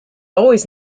always